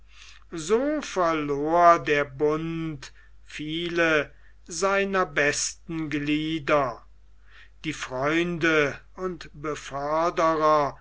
so verlor der bund viele seiner besten glieder die freunde und